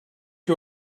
you